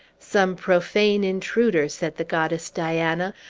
some profane intruder! said the goddess diana.